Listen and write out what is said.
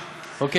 אוקיי?